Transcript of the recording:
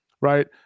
right